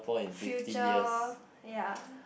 future ya